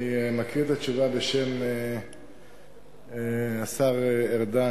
אני מקריא את התשובה בשם השר ארדן,